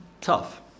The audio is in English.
tough